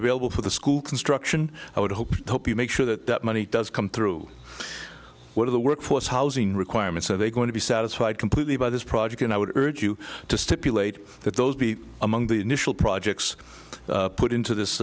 available for the school construction i would hope hope you make sure that that money does come through one of the workforce housing requirements are they going to be satisfied completely by this project and i would urge you to stipulate that those be among the initial projects put into this